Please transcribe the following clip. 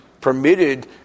permitted